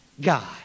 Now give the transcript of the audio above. God